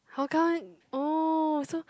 how come oh so